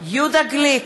יהודה גליק,